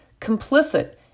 complicit